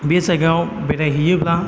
बे जायगायाव बेराय हैयोब्ला